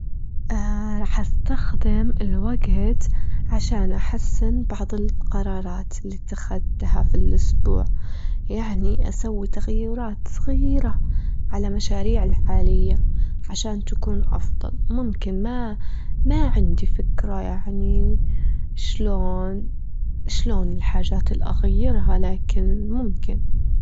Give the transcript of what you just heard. راح استخدم الوجت علشان أحسن بعض القرارات اللي اتخدتها في الأسبوع، يعني أسوي تغيرات صغيرة على مشاريعي الحالية عشان تكون أفضل، ممكن ما -ما عندي فكرة يعني أيش لون -أيش لون الحاجات اللي أغيرها لكن ممكن.